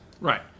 Right